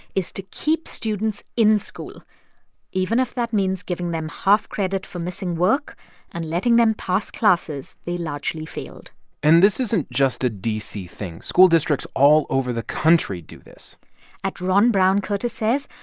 is to keep students in school even if that means giving them half credit for missing work and letting them pass classes they largely failed and this isn't just a d c. thing. school districts all over the country do this at ron brown, curtis says,